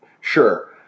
Sure